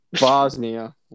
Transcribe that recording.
Bosnia